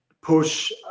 Push